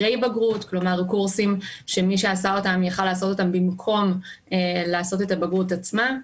וגם קורסים במקום הבגרות עצמה.